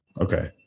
okay